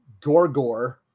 Gorgor